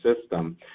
system